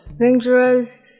Dangerous